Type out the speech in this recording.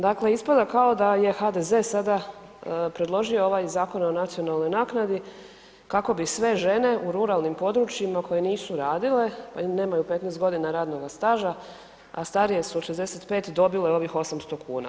Dakle, ispada kao da je HDZ sada predložio ovaj Zakon o nacionalnoj naknadi kako bi sve žene u ruralnim područjima koje nisu radile i nemaju 15 godina radnoga staža, a starije su od 65 dobile ovih 800 kuna.